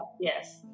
yes